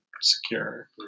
secure